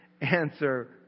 answer